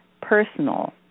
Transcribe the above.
personal